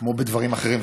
כמו בדברים אחרים,